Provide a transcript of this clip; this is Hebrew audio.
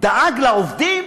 דאג לעובדים,